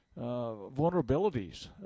vulnerabilities